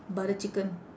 butter chicken